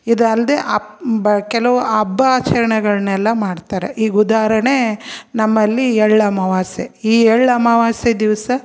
ಇದು ಅಲ್ಲದೇ ಆಪ್ ಬ ಕೆಲವು ಹಬ್ಬ ಆಚರಣೆಗಳನ್ನೆಲ್ಲ ಮಾಡ್ತಾರೆ ಈಗ ಉದಾಹರಣೆ ನಮ್ಮಲ್ಲಿ ಎಳ್ಳು ಅಮಾವಾಸ್ಯೆ ಈ ಎಳ್ಳು ಅಮಾವಾಸ್ಯೆ ದಿವಸ